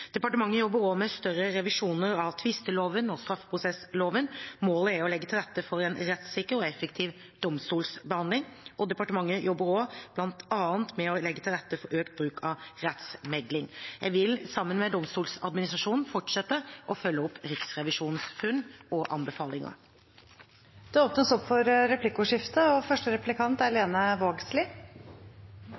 Departementet jobber også med større revisjoner av tvisteloven og straffeprosessloven. Målet er å legge til rette for en rettssikker og effektiv domstolsbehandling. Departementet jobber også bl.a. med å legge til rette for økt bruk av rettsmekling. Jeg vil, sammen med Domstoladministrasjonen, fortsette å følge opp Riksrevisjonens funn og anbefalinger. Det blir replikkordskifte. Eg vil starte med noko me er